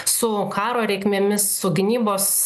su karo reikmėmis su gynybos